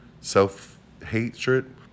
self-hatred